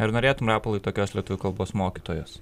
ar norėtum rapolai tokios lietuvių kalbos mokytojos